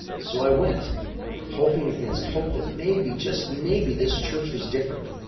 so, i went hoping against hope that maybe, just maybe, this church was different.